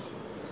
ya